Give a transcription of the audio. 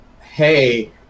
hey